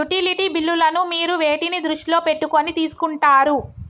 Utility బిల్లులను మీరు వేటిని దృష్టిలో పెట్టుకొని తీసుకుంటారు?